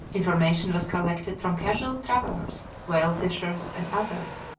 information was collected from casual travellers, whale-fishers, and others,